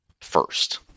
first